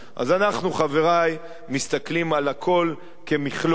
אז אנחנו, חברי, מסתכלים על הכול כמכלול.